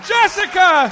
Jessica